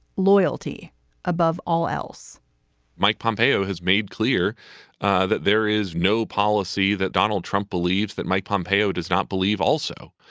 loyalty above all else mike pompeo has made clear ah that there is no policy, that donald trump believes that mike pompeo does not believe also.